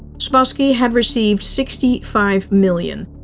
spassky had received sixty five million,